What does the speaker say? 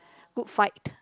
Good Fight